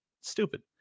stupid